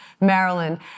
Maryland